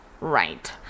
Right